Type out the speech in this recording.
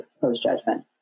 post-judgment